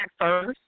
first